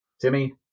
Timmy